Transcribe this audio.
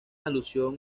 alusión